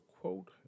quote